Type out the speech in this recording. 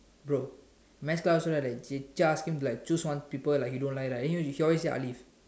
bro math class right that teacher ask him choose one people like you don't like right then he always say alive